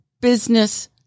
business